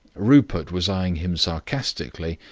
rupert was eyeing him sarcastically,